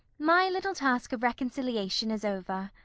my little task of reconciliation is over.